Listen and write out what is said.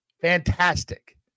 Fantastic